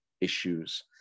issues